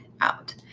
out